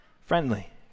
Friendly